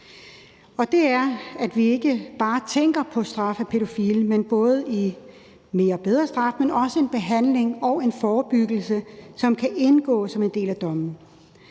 Vi skal ikke bare tænke på at straffe pædofile mere og på en bedre måde, men også på behandling og forebyggelse, som kan indgå som en del af dommen.